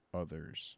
others